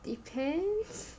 depends